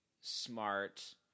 Smart